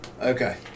Okay